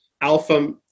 alpha